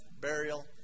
burial